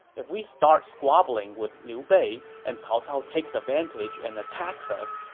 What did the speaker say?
if we start squabbling with liu bei, and cao cao takes advantage and attacks us,